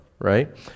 Right